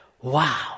Wow